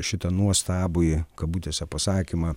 šitą nuostabųjį kabutėse pasakymą